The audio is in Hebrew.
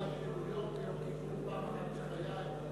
הייתי בניו-יורק ביום כיפור פעם אחת בחיי.